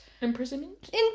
Imprisonment